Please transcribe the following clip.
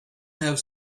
have